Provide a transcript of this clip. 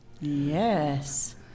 Yes